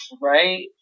right